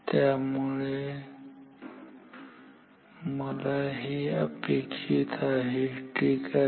त्यामुळे मला हे अपेक्षित आहे ठीक आहे